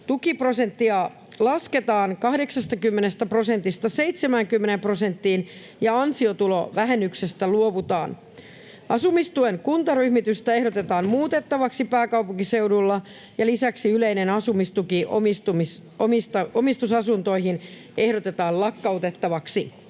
tukiprosenttia lasketaan 80 prosentista 70 prosenttiin ja ansiotulovähennyksestä luovutaan. Asumistuen kuntaryhmitystä ehdotetaan muutettavaksi pääkaupunkiseudulla, ja lisäksi yleinen asumistuki omistusasuntoihin ehdotetaan lakkautettavaksi.